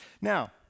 Now